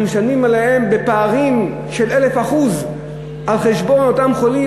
אנחנו משלמים עליהן בפערים של 1,000% על-חשבון אותם חולים.